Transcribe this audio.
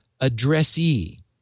addressee